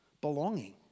belonging